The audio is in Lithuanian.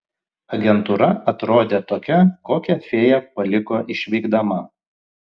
agentūra atrodė tokia kokią fėja paliko išvykdama